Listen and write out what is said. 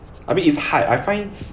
I mean it's hard I find